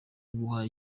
guha